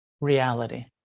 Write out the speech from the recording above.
reality